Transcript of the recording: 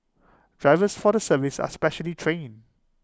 drivers for the service are specially trained